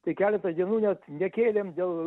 tai keletą dienų net nekėlėm dėl